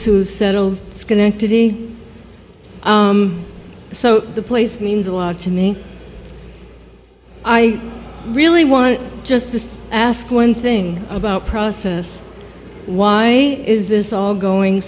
to settle schenectady so the place means a lot to me i really want to just ask one thing about process why is this all going